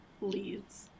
leads